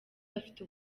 afite